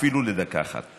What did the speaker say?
אפילו לדקה אחת.